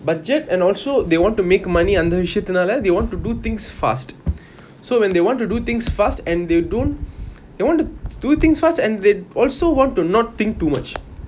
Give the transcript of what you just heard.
budget and also they want to make money அந்த விஷயத்துனால:antha visayathunaala they want to do things fast so when they want to do things fast and they don't they want to do things fast and they also want to not think too much